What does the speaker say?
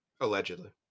Allegedly